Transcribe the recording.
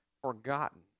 forgotten